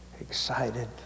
excited